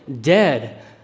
dead